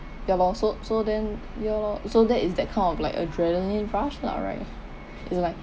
ya lor so so then yeah lor so that is that kind of like adrenalin rush lah right is like